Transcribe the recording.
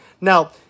Now